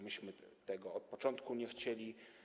Myśmy tego od początku nie chcieli.